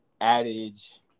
adage